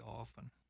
often